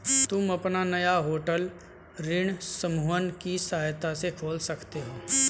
तुम अपना नया होटल ऋण समूहन की सहायता से खोल सकते हो